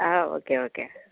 ah okay okay